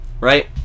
Right